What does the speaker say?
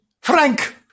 Frank